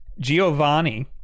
Giovanni